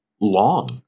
long